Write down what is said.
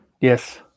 Yes